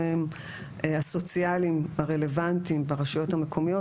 הסוציאליים הרלוונטיים ברשויות המקומיות